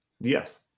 Yes